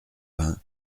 vingt